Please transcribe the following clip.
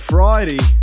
Friday